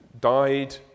died